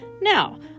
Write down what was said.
Now